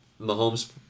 Mahomes